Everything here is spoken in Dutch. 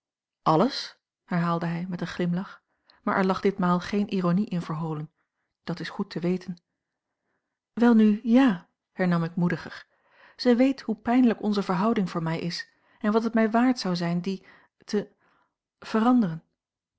alles herhaalde hij met een glimlach maar er lag ditmaal geen ironie in verholen dat is goed te weten welnu ja hernam ik moediger zij weet hoe pijnlijk onze verhouding voor mij is en wat het mij waard zou zijn die te veranderen